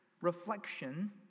reflection